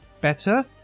better